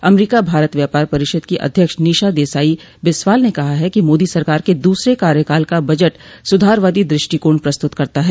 अमरीका भारत व्यापार परिषद की अध्यक्ष निशा देसाई बिस्वाल ने कहा है कि मोदी सरकार के दूसरे कार्यकाल का बजट सुधारवादी दृष्टिकोण प्रस्तुत करता है